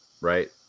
right